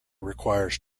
requires